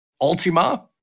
ultima